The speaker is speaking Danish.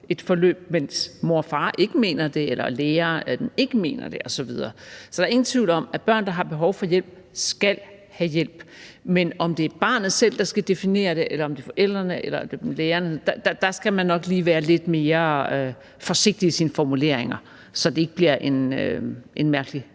et forløb, mens mor og far eller lærere ikke mener det osv.? Så der er ingen tvivl om, at børn, der har behov for hjælp, skal have hjælp. Men i forhold til om det er barnet selv, der skal definere det, eller om det er forældrene eller lærerne, skal man nok lige være lidt mere forsigtig i sine formuleringer, så det ikke bliver en mærkelig